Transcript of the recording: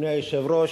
אדוני היושב-ראש,